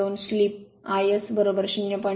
02 slip iS 0